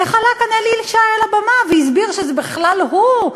איך עלה כאן אלי ישי על הבמה והסביר שזה בכלל הוא,